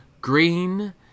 green